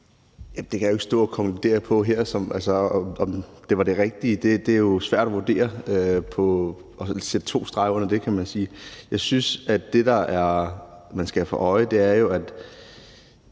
(M): Det kan jeg jo ikke stå at konkludere på her, altså om det var det rigtige. Det er jo svært at vurdere og sætte to streger under det, kan man sige. Jeg synes jo, at det, man skal have for øje, er, at